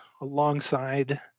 alongside